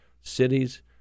Cities